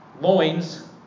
loins